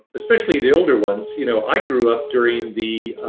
especially the older ones. you know i grew up during the